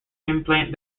implant